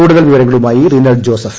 കൂടുതൽ വിവരങ്ങളുമായി റിനൽ ജോസഫ്